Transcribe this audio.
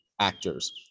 actors